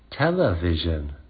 television